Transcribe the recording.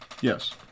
Yes